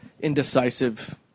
indecisive